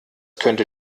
könnte